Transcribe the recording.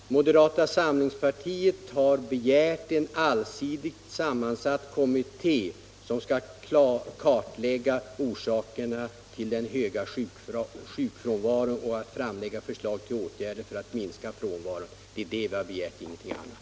Herr talman! Moderata samlingspartiet har begärt en allsidigt sammansatt kommitté, som skall kartlägga orsakerna till den höga sjukfrånvaron och framlägga förslag till åtgärder för att minska frånvaron. Det är det vi har begärt — ingenting annat.